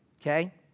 okay